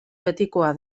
betikoa